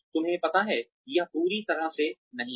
तुम्हें पता है यह पूरी तरह से नहीं है